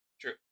True